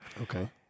okay